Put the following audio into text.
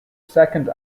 second